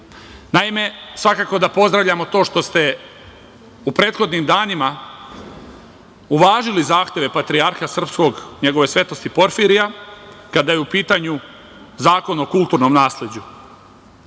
Naime, svakako da pozdravljamo to što ste u prethodnim danima uvažili zahteve patrijarha srpskog, njegove svetosti Porfirija, kada je u pitanju Zakon o kulturnom nasleđu